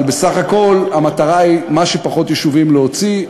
אבל בסך הכול המטרה היא: מה שפחות יישובים להוציא,